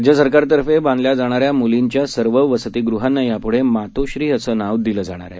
राज्य सरकारतर्फे बांधल्या जाणाऱ्या मुलींच्या सर्व वसतिगृहांना यापुढं मातोश्री असं नाव दिलं जाणार आहे